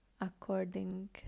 according